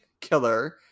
killer